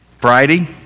Friday